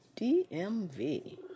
DMV